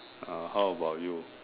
uh how about you